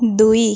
ଦୁଇ